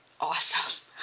awesome